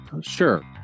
sure